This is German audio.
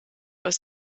aus